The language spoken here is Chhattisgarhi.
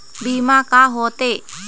बीमा का होते?